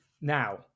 Now